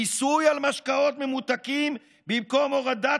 מיסוי על משקאות ממותקים במקום הורדת